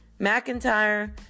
McIntyre